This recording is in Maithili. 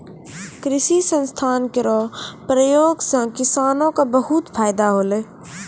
कृषि रसायन केरो प्रयोग सँ किसानो क बहुत फैदा होलै